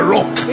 Rock